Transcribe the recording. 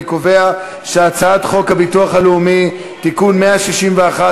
אני קובע שהצעת חוק הביטוח הלאומי (תיקון מס' 161),